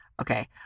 Okay